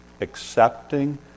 accepting